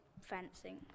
fencing